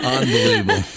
unbelievable